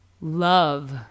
love